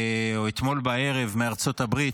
בערב מארצות הברית,